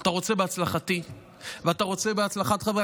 אתה רוצה בהצלחתי ואתה רוצה בהצלחת חברי